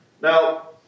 Now